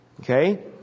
Okay